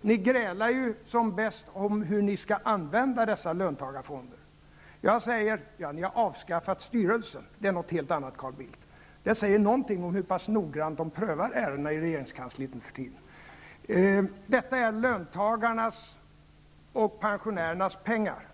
Ni grälar ju som bäst om hur ni skall använda dessa löntagarfonder. Jag säger: Ni har avskaffat styrelser. Det är något helt annat, Carl Bildt. Det säger någonting om hur pass noggrant de prövar ärendena i regeringskansliet nu för tiden. I realiteten är det löntagarnas och pensionärernas pengar.